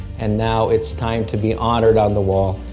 and now it's time to be honored on the wall.